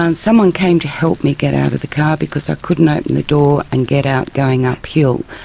and someone came to help me get out of the car because i couldn't open the door and get out going uphill.